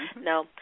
No